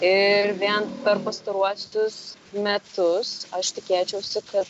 ir vien per pastaruosius metus aš tikėčiausi kad